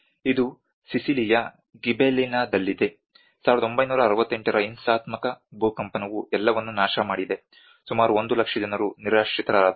ಇದು ಸಿಸಿಲಿಯ ಗಿಬೆಲಿನಾದಲ್ಲಿದೆ 1968 ರ ಹಿಂಸಾತ್ಮಕ ಭೂಕಂಪನವು ಎಲ್ಲವನ್ನು ನಾಶಮಾಡಿದೆ ಸುಮಾರು 1 ಲಕ್ಷ ಜನರು ನಿರಾಶ್ರಿತರಾದರು